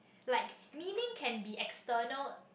like meaning can be external